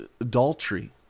adultery